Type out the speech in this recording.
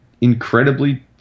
incredibly